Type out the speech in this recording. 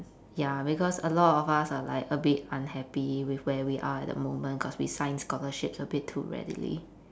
ya because a lot of us are like a bit unhappy with where we are at the moment cause we signed scholarships a bit too readily